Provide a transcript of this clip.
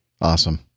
Awesome